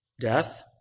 death